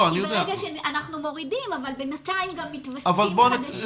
אנחנו מורידים, אבל בינתיים גם מתווספים חדשים.